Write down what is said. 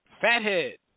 Fathead